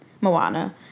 Moana